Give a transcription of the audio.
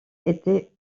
était